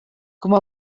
como